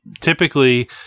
typically